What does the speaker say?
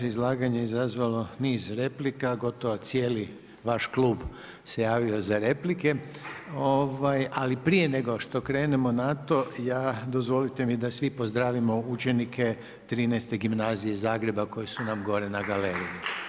Vaše izlaganje izazvalo je niz replika, gotovo cijeli vaš Klub se javio za replike, ali prije nego što krenemo na to, ja, dozvolite mi da svi pozdravimo učenike XIII gimnazije iz Zagreba koji su nam gore na galeriji.